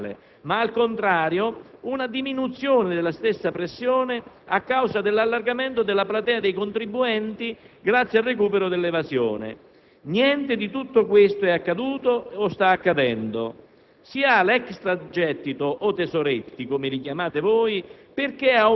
così rilevante, senza aumento in verticale della pressione fiscale ma, al contrario, una diminuzione della stessa pressione a causa dell'allargamento della platea dei contribuenti, grazie al recupero dell'evasione. Niente di tutto questo è accaduto o sta accadendo.